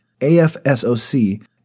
AFSOC